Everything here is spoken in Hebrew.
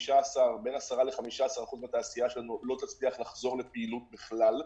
כבר בין 10%-15% מהתעשייה שלנו לא תצליח לחזור לפעילות בכלל,